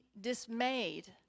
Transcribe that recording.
dismayed